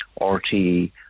RTE